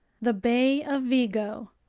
the bay of vigo,